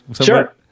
Sure